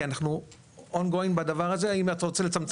כי אנחנו On going אם אתה רוצה לצמצם